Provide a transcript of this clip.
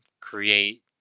create